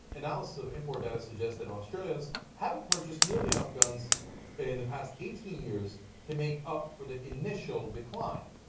analysis of import data suggest that australians haven't purchased nearly enough guns in the past eighteen years to make up for the initial decline.